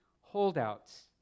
holdouts